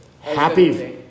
happy